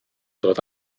dod